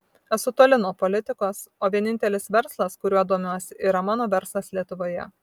esu toli nuo politikos o vienintelis verslas kuriuo domiuosi yra mano verslas lietuvoje